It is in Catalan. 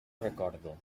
recordo